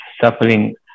suffering